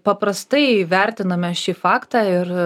paprastai vertiname šį faktą ir